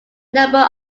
number